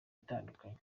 itandukanye